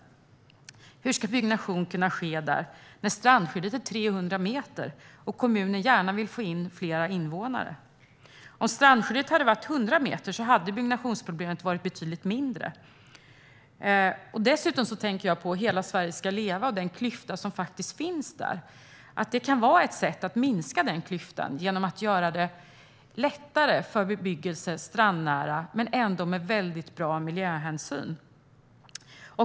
Hur ska byggnation kunna ske där när strandskyddet är 300 meter och kommunen gärna vill få fler invånare? Om strandskyddet hade varit 100 meter hade byggnationsproblemet varit betydligt mindre. Dessutom tänker jag på att hela Sverige ska leva och den klyfta som faktiskt finns där. Ett sätt att minska den klyftan kan vara att göra det lättare för strandnära bebyggelse - men med väldigt stor miljöhänsyn.